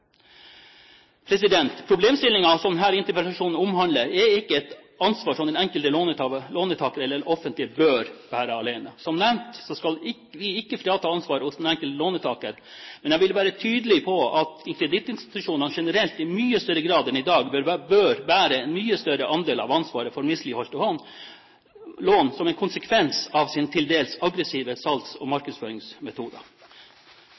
som denne interpellasjonen omhandler, er ikke et ansvar som den enkelte låntaker eller det offentlige bør bære alene. Som nevnt skal vi ikke frata den enkelte låntaker ansvaret, men jeg vil være tydelig på at kredittinstitusjonene generelt i mye større grad enn i dag bør bære en mye større andel av ansvaret for misligholdte lån, som en konsekvens av deres til dels aggressive salgs- og